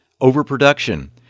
overproduction